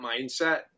mindset